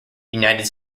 united